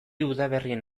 udaberrien